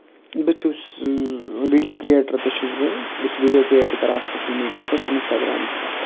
بہٕ چھُس video creator تہِ چھُس بہٕ یُس ویٖڈیو کِرٛییٹ تہِ کَران سوشَل میٖڈیاہَس پٮ۪ٹھ اِنَسٹاگرٛامَس پٮ۪ٹھ